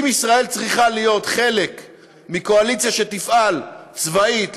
אם ישראל צריכה להיות חלק מקואליציה שתפעל צבאית,